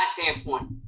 standpoint